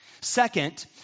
Second